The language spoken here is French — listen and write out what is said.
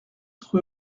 rue